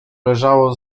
leżało